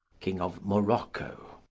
king of morocco.